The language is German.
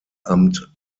amt